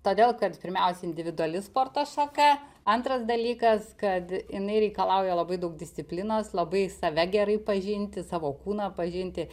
todėl kad pirmiausia individuali sporto šaka antras dalykas kad jinai reikalauja labai daug disciplinos labai save gerai pažinti savo kūną pažinti